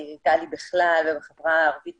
חוץ מהפער הדיגיטלי יש לנו פה פערי זמנים.